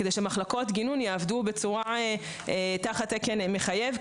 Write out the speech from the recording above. כדי שמחלקות גינון יעבדו תחת תקן מחייב,